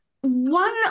One